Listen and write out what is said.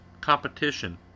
competition